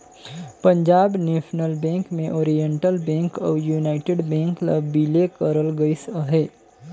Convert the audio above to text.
Punjab National Bank में Oriental Bank अउ United Bank ल बिले करल गइस अहे